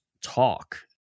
talk